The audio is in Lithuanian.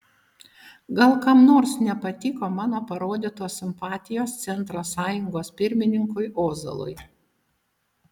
gal kam nors nepatiko mano parodytos simpatijos centro sąjungos pirmininkui ozolui